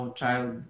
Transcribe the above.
child